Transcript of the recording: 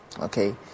okay